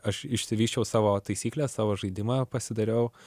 aš išsivysčiau savo taisyklę savo žaidimą pasidariau